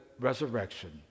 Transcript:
resurrection